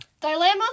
Dilemma